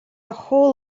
whole